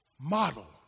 model